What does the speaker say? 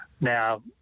Now